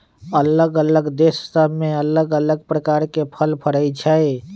अल्लग अल्लग देश सभ में अल्लग अल्लग प्रकार के फल फरइ छइ